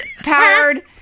powered